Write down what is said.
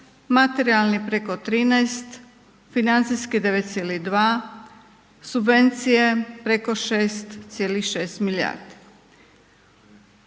materijalni preko 13, financijski 9,2, subvencije preko 6,6 milijardi.